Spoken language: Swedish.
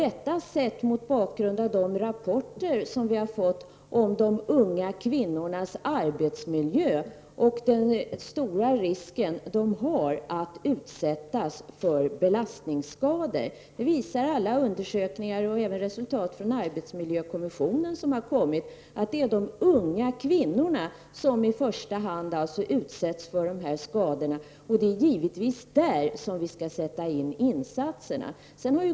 Enligt de rapporter som vi har fått om de unga kvinnornas arbetsmiljö löper de stor risk att utsättas för belastningsskador. Det visar alla undersökningar och även arbetsmiljökommissionens resultat. Det är alltså de unga kvinnorna som i första hand utsätts för belastningsskador. Det är givetvis där vi skall göra insatser.